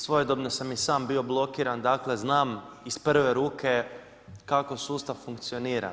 Svojedobno sam i sam bio blokiran, dakle znam iz prve ruke kako sustav funkcionira.